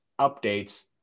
updates